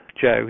Joe